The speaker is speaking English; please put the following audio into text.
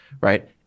right